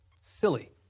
silly